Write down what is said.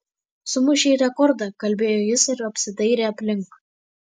sumušei rekordą kalbėjo jis ir apsidairė aplink